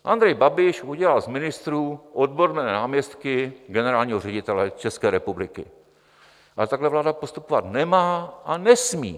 Andrej Babiš udělal z ministrů odborné náměstky generálního ředitele České republiky, ale takhle vláda postupovat nemá a nesmí.